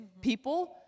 people